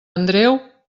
andreu